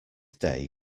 day